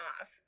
off